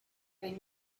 and